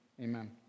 amen